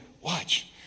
watch